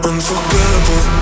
Unforgettable